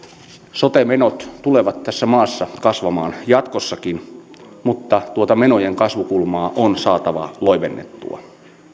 sote menot tulevat tässä maassa kasvamaan jatkossakin mutta tuota menojen kasvukulmaa on saatava loivennettua